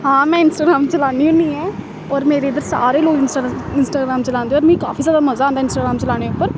हां में इंस्टाग्राम चलान्नी होन्नी ऐ होर मेरे इद्धर सारे लोक इंस्टा इंस्टाग्राम चलांदे होर मिगी काफी ज्यादा मजा आंदा इंस्टाग्राम चलाने उप्पर